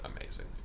amazing